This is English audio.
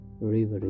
River